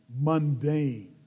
mundane